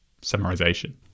summarization